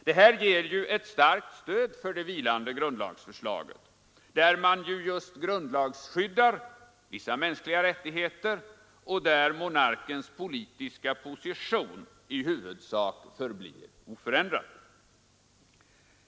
Detta ger ju ett starkt stöd för det vilande grundlagsförslaget där man just grundlagsskyddar vissa mänskliga rättigheter och där monarkens politiska position i huvudsak blir oförändrad.